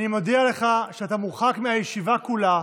אני מודיע לך שאתה מורחק מהישיבה כולה.